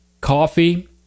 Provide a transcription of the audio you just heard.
coffee